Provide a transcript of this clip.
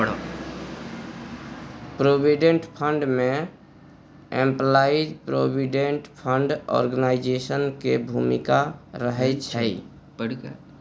provident fund में employees provident fund organisation के भूमिका रहइ छइ